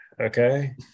okay